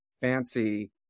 fancy